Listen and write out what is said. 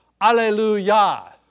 Alleluia